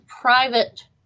private